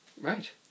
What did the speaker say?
right